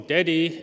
Daddy